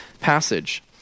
passage